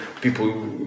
people